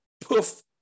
poof